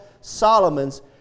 Solomon's